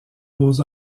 beaux